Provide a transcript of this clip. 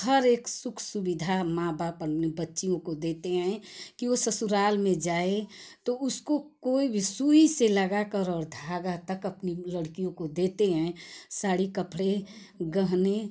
हर एक सुख सुविधा माँ बाप अपनी बच्चियों को देते हैं कि वह ससुराल में जाए तो उसको कोई भी सुई से लगाकर और धागा तक अपने लड़कियों को देते हैं साड़ी कपड़े गहने